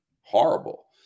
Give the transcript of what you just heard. horrible